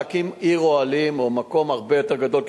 להקים עיר אוהלים או מקום הרבה יותר גדול,